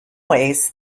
ways